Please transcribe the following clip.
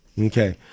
Okay